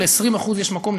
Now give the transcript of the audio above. ל-20% יש מקום,